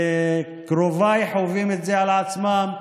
קרוביי חווים את זה על עצמם.